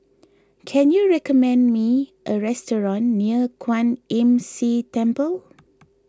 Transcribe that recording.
can you recommend me a restaurant near Kwan Imm See Temple